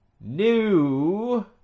new